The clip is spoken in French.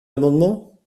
amendements